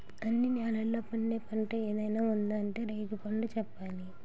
అన్ని నేలల్లో పండే పంట ఏదైనా ఉందా అంటే రేగిపండనే చెప్పాలి